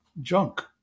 junk